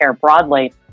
broadly